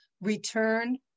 return